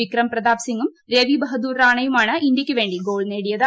വിക്രം പ്രതാപ് സിംഗും രവി ബഹദൂർ റാണയുമാണ് ഇന്ത്യയ്ക്കുവേണ്ടി ഗോൾ നേടിയത്